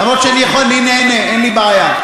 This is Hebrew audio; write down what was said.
למרות שאני נהנה, אין לי בעיה.